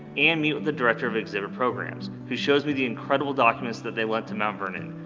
and meet with the director of exhibit programs, who shows me the incredible documents that they lent to mount vernon.